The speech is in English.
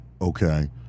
Okay